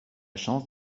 chance